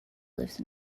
lives